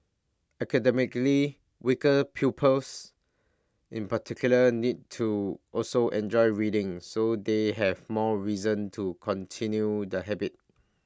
academically weaker pupils in particular need to also enjoy reading so they have more reason to continue the habit